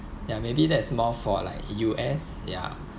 ya maybe that's more for like U_S ya